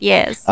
Yes